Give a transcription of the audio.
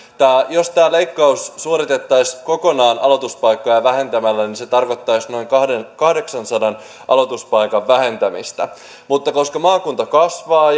tämä leikkaus suoritettaisiin kokonaan aloituspaikkoja vähentämällä niin se tarkoittaisi noin kahdeksansadan aloituspaikan vähentämistä mutta koska maakunta kasvaa